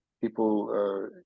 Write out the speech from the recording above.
people